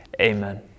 amen